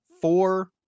four